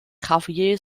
javier